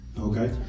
Okay